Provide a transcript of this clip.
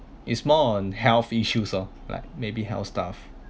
it's more on health issues oh like maybe health stuff